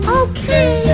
okay